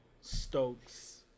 Stokes